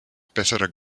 besserer